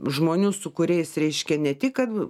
žmonių su kuriais reiškia ne tik kad